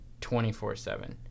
24-7